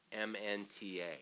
MNTA